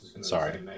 Sorry